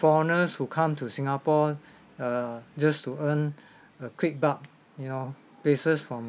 foreigners who come to singapore err just to earn a quick buck you know places from